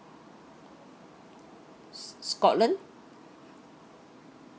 scotland